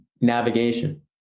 navigation